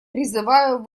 призываю